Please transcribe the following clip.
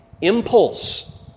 impulse